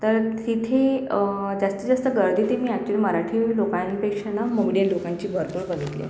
तर तिथे जास्तीत जास्त गर्दी ते मी अॅक्च्युअली मराठी लोकांपेक्षा ना मोमेडियन लोकांची भरपूर बघितल्ये